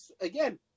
again